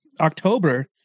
october